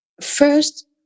First